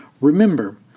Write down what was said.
Remember